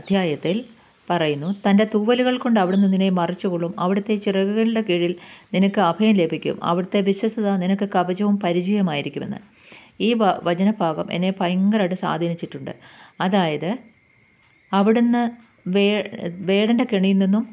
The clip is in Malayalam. അദ്ധ്യായത്തിൽ പറയുന്നു തന്റെ തൂവലുകൾ കൊണ്ട് അവിടുന്ന് നിന്നെ മറിച്ച് കൊള്ളും അവിടുത്തെ ചിറകുകളുടെ കീഴിൽ നിനക്ക് അഭയം ലഭിക്കും അവിടുത്തെ വിശ്വസ്തത നിനക്ക് കവചവും പരിചയും ആയിരിക്കുമെന്ന് ഈ വാ വചന ഭാഗം എന്നെ ഭയങ്കരമായിട്ട് സ്വാധീനിച്ചിട്ടുണ്ട് അതായത് അവിടുന്ന് വേ വേടന്റെ കെണിയിൽ നിന്നും